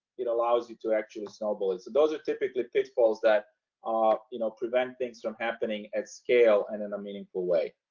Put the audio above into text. it allows you to actually snowball it. so those are typically pitfalls that you know, prevent things from happening at scale and in a meaningful way.